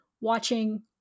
watching